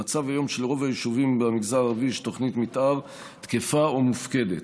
המצב היום הוא שלרוב היישובים במגזר יש תוכנית מתאר תקפה או מופקדת.